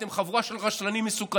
אתם חבורה של רשלנים מסוכנים.